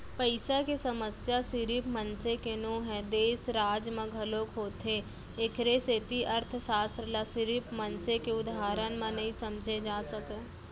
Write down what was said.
पइसा के समस्या सिरिफ मनसे के नो हय, देस, राज म घलोक होथे एखरे सेती अर्थसास्त्र ल सिरिफ मनसे के उदाहरन म नइ समझे जा सकय